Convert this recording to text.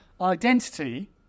identity